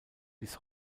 bis